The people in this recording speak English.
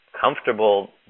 comfortable